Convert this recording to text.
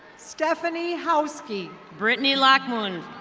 stephanie howski. brittany lockmoon.